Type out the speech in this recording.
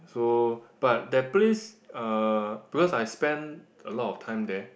so but that place uh because I spend a lot of time there